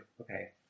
Okay